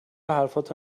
حرفاتو